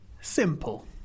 Simple